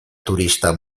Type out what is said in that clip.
turista